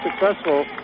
successful